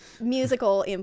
Musical